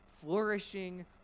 flourishing